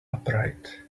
upright